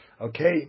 Okay